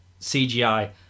CGI